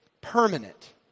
permanent